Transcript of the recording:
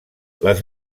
les